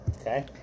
Okay